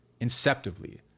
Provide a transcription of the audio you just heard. inceptively